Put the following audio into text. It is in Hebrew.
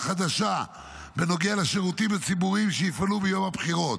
חדשה בנוגע לשירותים הציבוריים שיפעלו ביום הבחירות,